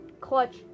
clutch